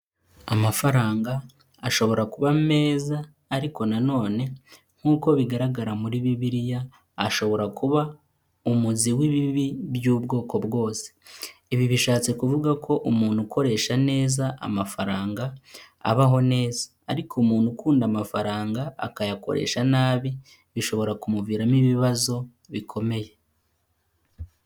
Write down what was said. Amafaranga ashobora kuba meza, ariko nanone nk'uko bigaragara muri bibiliya ashobora kuba umuzi w'ibibi by'ubwoko bwose. Ibi bishatse kuvuga ko umuntu ukoresha neza amafaranga abaho neza. Ariko umuntu ukunda amafaranga akayakoresha nabi bishobora kumuviramo ibibazo bikomeye.